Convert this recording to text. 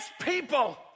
people